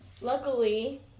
luckily